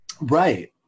Right